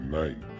night